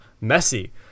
messy